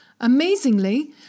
Amazingly